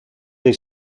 dei